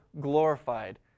glorified